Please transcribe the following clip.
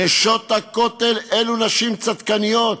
נשות הכותל הן נשים צדקניות,